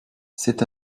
c’est